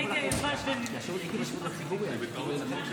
הכנסת, אנא תפסו את מקומותיכם כדי